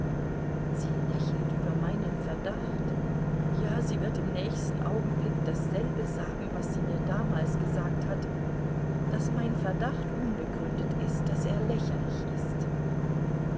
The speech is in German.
sie lächelt über meinen verdacht ja sie wird im nächsten augenblick dasselbe sagen was sie mir damals gesagt hat daß mein verdacht unbegründet ist daß er lächerlich ist